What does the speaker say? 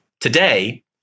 Today